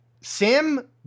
Sam